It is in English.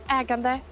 ägande